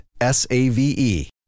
S-A-V-E